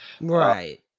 Right